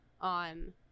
on